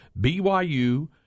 BYU